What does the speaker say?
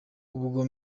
ubwa